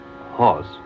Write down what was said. horse